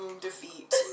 defeat